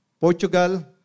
Portugal